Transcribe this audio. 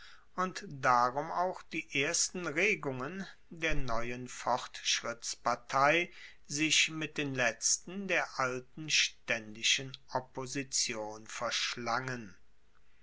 und darum auch die ersten regungen der neuen fortschrittspartei sich mit den letzten der alten staendischen opposition verschlangen